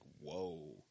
whoa